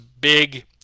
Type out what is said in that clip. big